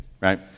right